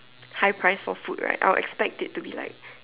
high price for food right I'll expect it to be like